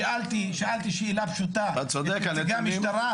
שאלתי שאלה פשוטה את נציגי המשטרה,